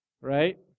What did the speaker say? right